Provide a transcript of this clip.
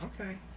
okay